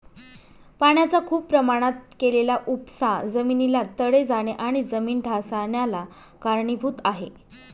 पाण्याचा खूप प्रमाणात केलेला उपसा जमिनीला तडे जाणे आणि जमीन ढासाळन्याला कारणीभूत आहे